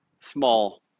small